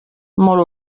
molt